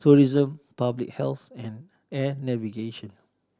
tourism public health and air navigation